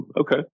Okay